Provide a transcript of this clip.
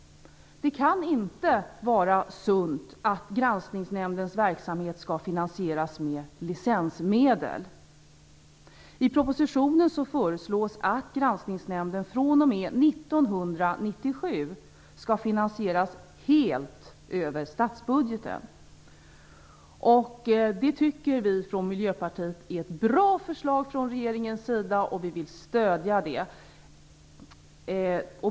Det kan inte vara sunt att Granskningsnämndens verksamhet finansieras med licensmedel. I propositionen föreslås att Granskningsnämnden fr.o.m. 1997 skall finansieras helt över statsbudgeten. Det tycker vi från Miljöpartiet är ett bra förslag från regeringens sida, och vi vill stödja det.